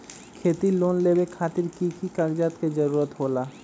खेती लोन लेबे खातिर की की कागजात के जरूरत होला?